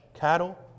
cattle